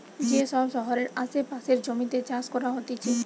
যে সব শহরের আসে পাশের জমিতে চাষ করা হতিছে